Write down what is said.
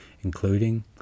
including